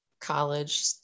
college